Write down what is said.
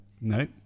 No